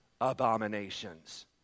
abominations